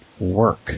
work